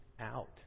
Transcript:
out